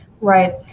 Right